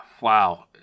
wow